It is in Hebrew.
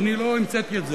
ואני לא המצאתי את זה,